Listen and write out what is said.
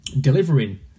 delivering